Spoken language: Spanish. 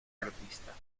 artista